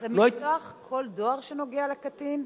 זה משלוח כל דואר שנוגע לקטין?